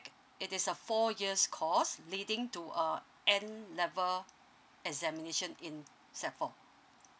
it is a four years course leading to a N level examination in sec four